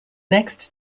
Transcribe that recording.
next